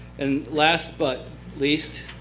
and last but least